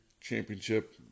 Championship